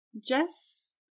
Jess